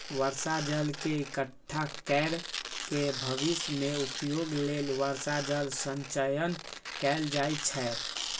बर्षा जल के इकट्ठा कैर के भविष्य मे उपयोग लेल वर्षा जल संचयन कैल जाइ छै